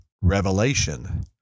Revelation